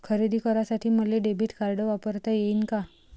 खरेदी करासाठी मले डेबिट कार्ड वापरता येईन का?